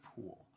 pool